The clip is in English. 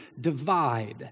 divide